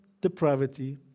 depravity